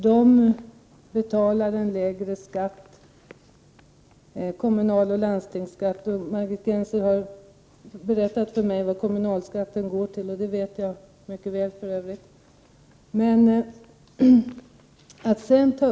De betalar en lägre kommunaloch landstingsskatt, och Margit Gennser har berättat för mig vad de skatterna går till, vilket jag för övrigt vet mycket väl.